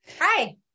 hi